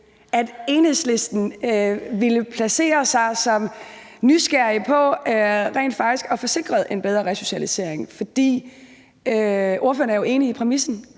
at Enhedslisten ville placere sig som nysgerrig på rent faktisk at få sikret en bedre resocialisering, fordi ordføreren jo er enig i præmissen,